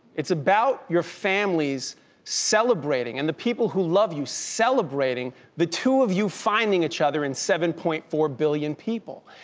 it's about your families celebrating, and the people who love you celebrating the two of you finding each other in seven point four billion people.